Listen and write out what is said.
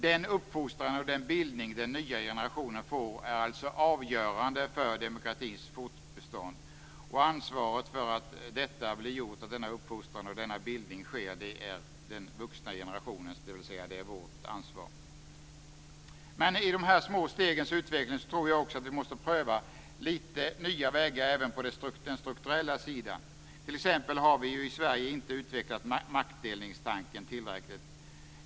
Den uppfostran och den bildning som den nya generationen får är alltså avgörande för demokratins fortbestånd. Ansvaret för att denna uppfostran och bildning sker är den vuxna generationens, dvs. vårt ansvar. I denna de små stegens utveckling tror jag också att vi måste våga pröva lite nya vägar även på den strukturella sidan. T.ex. har vi i Sverige inte utvecklat maktdelningstanken tillräckligt.